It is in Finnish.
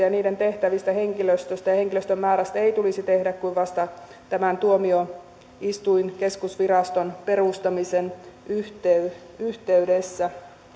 ja päätöksiä niiden tehtävistä henkilöstöstä ja henkilöstön määrästä ei tulisi tehdä kuin vasta tämän tuomioistuinkeskusviraston perustamisen yhteydessä yhteydessä